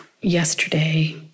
yesterday